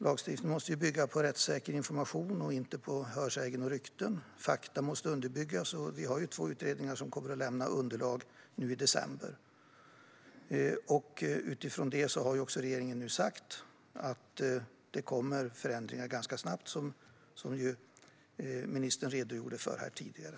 Lagstiftning måste bygga på rättssäker information och inte på hörsägen och rykten. Fakta måste underbyggas, och vi har två utredningar som kommer att lämna underlag nu i december. Utifrån detta har regeringen nu sagt att det kommer förändringar ganska snabbt, vilket ministern här redogjorde för tidigare.